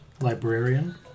Librarian